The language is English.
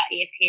EFT